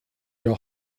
your